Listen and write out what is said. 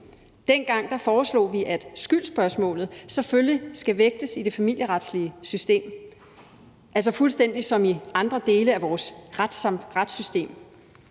Dengang foreslog vi, at skyldsspørgsmålet selvfølgelig skal vægtes i det familieretslige system, altså fuldstændig som i andre dele af vores retssystem.